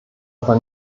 aber